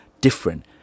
different